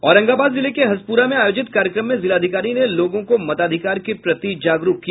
औरंगाबाद जिले के हसपुरा में आयोजित कार्यक्रम में जिलाधिकारी ने लोगों को मताधिकार के प्रति जागरूक किया